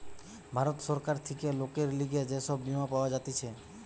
ভারত সরকার থেকে লোকের লিগে যে সব বীমা পাওয়া যাতিছে